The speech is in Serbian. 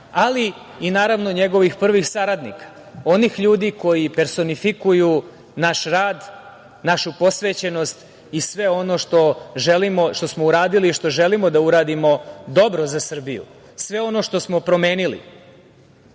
ali i naravno njegovih prvih saradnika, onih ljudi koji personifikuju naš rad, našu posvećenost i sve ono što smo uradili i što želimo da uradimo dobro za Srbiju. Sve ono što smo promenili,